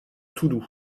toudoux